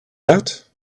out